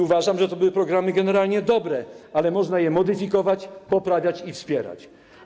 Uważam, że to były programy generalnie dobre, ale można je modyfikować, poprawiać i wspierać.